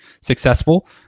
successful